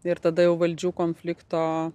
ir tada jau valdžių konflikto